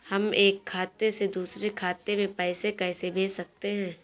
हम एक खाते से दूसरे खाते में पैसे कैसे भेज सकते हैं?